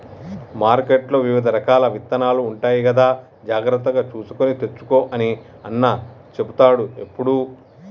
మార్కెట్లో వివిధ రకాల విత్తనాలు ఉంటాయి కదా జాగ్రత్తగా చూసుకొని తెచ్చుకో అని అన్న చెపుతాడు ఎప్పుడు